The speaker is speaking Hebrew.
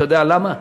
אתה יודע למה?